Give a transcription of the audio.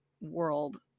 world